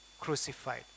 crucified